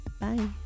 Bye